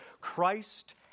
Christ